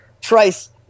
Trice